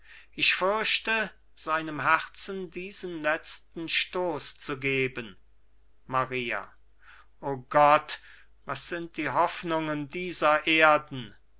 ich fürchte seinem herzen diesen letzten stoß zu geben maria o gott was sind die hoffnungen dieser erden